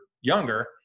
younger